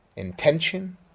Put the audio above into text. intention